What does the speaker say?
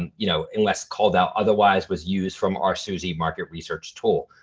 and you know unless called out otherwise was used from our suzy market research tool.